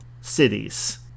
cities